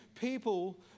people